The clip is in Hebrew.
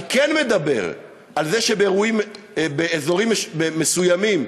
אני כן מדבר על זה שבאזורים מסוימים,